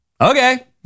okay